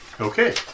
Okay